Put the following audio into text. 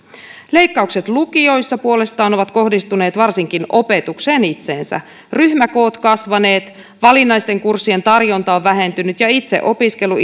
leikkaukset lukioissa puolestaan ovat kohdistuneet varsinkin opetukseen itseensä ryhmäkoot ovat kasvaneet valinnaisten kurssien tarjonta on vähentynyt ja itseopiskelu